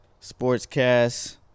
Sportscast